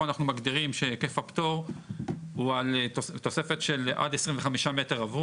אנחנו מגדירים שהיקף הפטור הוא על תוספת של עד 25 מ"ר.